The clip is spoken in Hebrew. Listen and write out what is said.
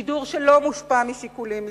שידור שלא מושפע משיקולים מסחריים,